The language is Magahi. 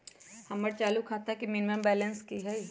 हमर चालू खाता के मिनिमम बैलेंस कि हई?